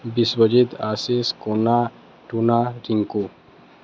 Biswajit Ashish Kuna Tuna Rinku